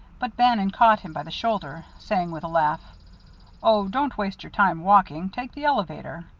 but bannon caught him by the shoulder, saying with a laugh oh, don't waste your time walking. take the elevator.